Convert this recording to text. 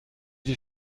die